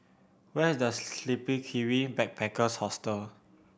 where is The Sleepy Kiwi Backpackers Hostel